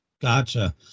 Gotcha